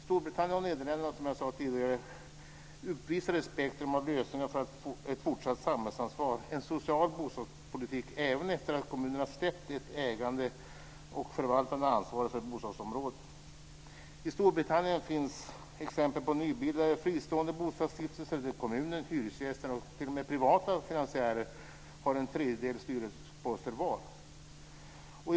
Storbritannien och Nederländerna, som jag nämnde, uppvisar ett spektrum av lösningar för ett fortsatt samhällsansvar, en social bostadspolitik, även efter att kommunerna släppt det ägande och förvaltande ansvaret för bostadsbeståndet. I Storbritannien finns exempel på nybildade fristående bostadsstiftelser där kommunen, hyresgästerna och t.o.m. privata finansiärer har en tredjedel styrelseposter var.